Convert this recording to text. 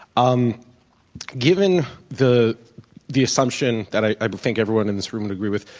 um given the the assumption that i think everyone in this room would agree with,